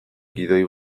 gidoi